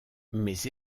mes